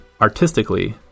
artistically